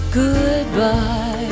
goodbye